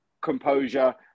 composure